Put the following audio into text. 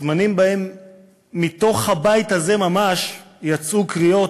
הזמנים שבהם מתוך הבית הזה ממש יצאו קריאות,